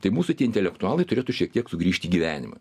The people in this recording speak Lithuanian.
tai mūsų tie intelektualai turėtų šiek tiek sugrįžti į gyvenimą